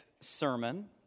sermon